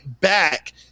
back